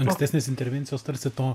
ankstesnės intervencijos tarsi to